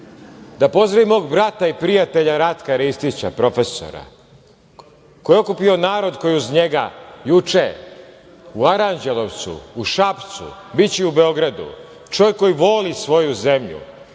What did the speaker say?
pozdravim mog brata i prijatelja Ratka Ristića, profesora, koji je okupio narod koji je uz njega, juče, u Aranđelovcu, u Šapcu, biće i u Beogradu. To je čovek koji voli svoju zemlju,